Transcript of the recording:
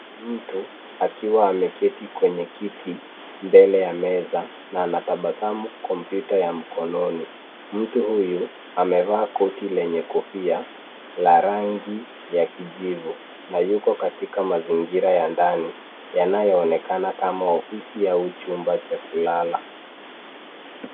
Mtu akiwa ameketi kwenye kiti mbele ya meza na anatabasamu kompyuta ya mkononi. Mtu huyu amevaa koti lenye kofia la rangi ya kijivu na yuko katika mazingira ya ndani yanayoonekana kama ofisi au chumba cha kulala.